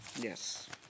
Yes